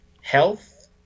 health